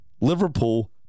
Liverpool